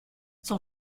son